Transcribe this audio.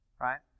right